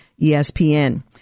ESPN